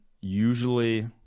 usually